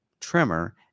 trimmer